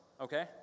okay